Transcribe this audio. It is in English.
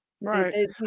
Right